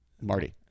Marty